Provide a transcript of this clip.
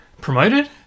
promoted